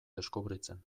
deskubritzen